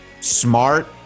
smart